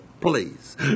please